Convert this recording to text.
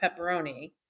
pepperoni